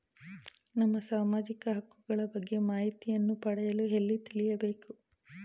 ನಮ್ಮ ಸಾಮಾಜಿಕ ಹಕ್ಕುಗಳ ಬಗ್ಗೆ ಮಾಹಿತಿಯನ್ನು ಪಡೆಯಲು ಎಲ್ಲಿ ತಿಳಿಯಬೇಕು?